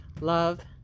love